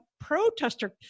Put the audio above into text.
protester